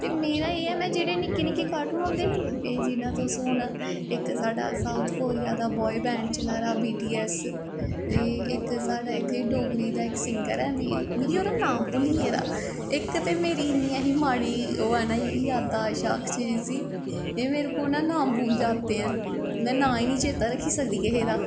ते मेरा एह् ऐ में जेह्ड़े निक्के निक्के कार्टून होंदे नी जियां तुस हून इक साढ़ा साउथ कोरिया दा बाय बैंड चला दा बी टी ऐस ते इक साढ़ा इत्थें डोगरी दा इक सिंगर ऐ मिगी मिगी ओह्दा नांऽ भुल्ली गेदा इक ते मेरी इन्नी ऐही माड़ी ओह् ऐ ना ज़ादाशत आखदे जिसी एह् मेरे को ना नाम भूल जाते हैं में नांऽ गै नी चेत्ता रक्खी सकदी किसे दा